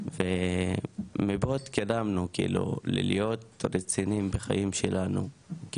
ומפה התקדמנו כאילו ללהיות רציניים בחיים שלנו,